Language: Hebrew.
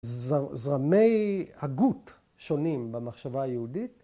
‫זרמי הגות שונים במחשבה היהודית.